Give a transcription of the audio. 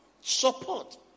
Support